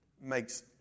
makes